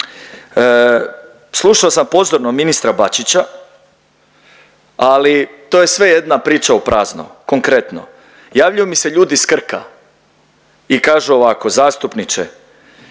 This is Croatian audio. Slušao sam pozorno ministra Bačića, ali to je sve jedna priča u prazno. Konkretno javljaju mi se ljudi sa Krka i kažu ovako zastupniče